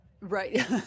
Right